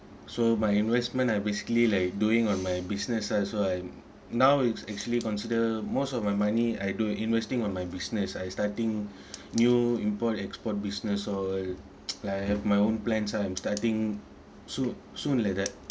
so my investment are basically like doing on my business ah so I now it's actually consider most of my money I do investing on my business I starting new import export business oh like my own plan lah I'm starting soon soon like that